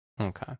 Okay